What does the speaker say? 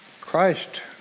Christ